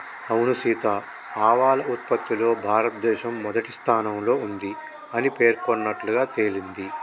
అవును సీత ఆవాల ఉత్పత్తిలో భారతదేశం మొదటి స్థానంలో ఉంది అని పేర్కొన్నట్లుగా తెలింది